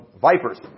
vipers